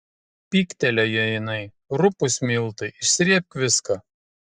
pyktelėjo jinai rupūs miltai išsrėbk viską